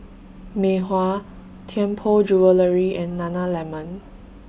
Mei Hua Tianpo Jewellery and Nana Lemon